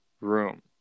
room